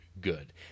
Good